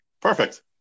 Perfect